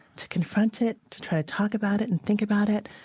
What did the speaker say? to confront it, to try to talk about it and think about it.